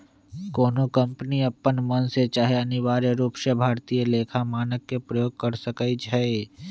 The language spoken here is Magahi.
कोनो कंपनी अप्पन मन से चाहे अनिवार्य रूप से भारतीय लेखा मानक के प्रयोग कर सकइ छै